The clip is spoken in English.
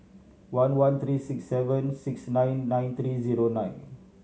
one one three six seven six nine nine three zero nine